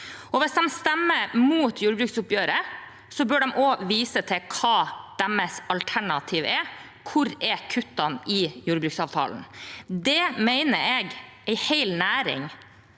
hvis de stemmer imot jordbruksoppgjøret, bør de også vise til hva deres alternativ er. Hvor er kuttene i jordbruksavtalen? Det mener jeg en hel næring,